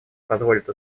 позволит